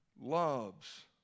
loves